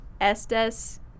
Estes